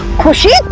khushi,